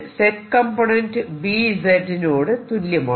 Z component B z നോട് തുല്യമാണ്